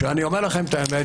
אני אומר לכם את האמת.